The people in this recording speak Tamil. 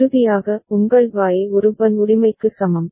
இறுதியாக உங்கள் Y ஒரு Bn உரிமைக்கு சமம்